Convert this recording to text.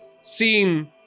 seen